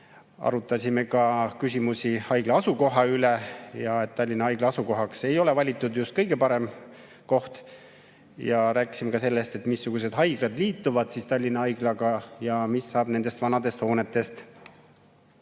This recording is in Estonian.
Arutasime ka küsimusi haigla asukoha üle, et Tallinna Haigla asukohaks ei ole valitud just kõige parem koht. Rääkisime sellest, missugused haiglad liituvad Tallinna Haiglaga ja mis saab vanadest hoonetest.